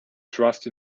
trust